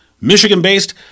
Michigan-based